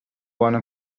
bona